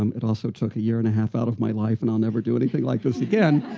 um it also took a year and a half out of my life and i'll never do anything like this again.